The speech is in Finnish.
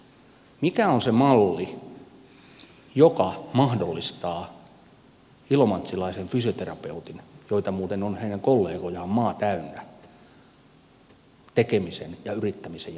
mikä on se malli joka mahdollistaa ilomantsilaisen fysioterapeutin jonka kollegoja muuten on maa täynnä tekemisen ja yrittämisen jatkossakin